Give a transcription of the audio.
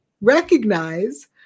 recognize